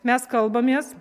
mes kalbamės